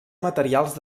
materials